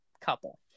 couple